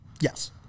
Yes